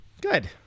good